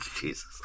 Jesus